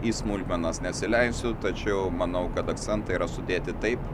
į smulkmenas nesileisiu tačiau manau kad akcentai yra sudėti taip